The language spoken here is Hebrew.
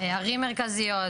ערים מרכזיות,